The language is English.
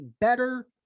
better